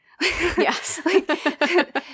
Yes